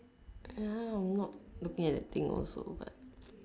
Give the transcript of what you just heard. ya I'm not looking at the thing also what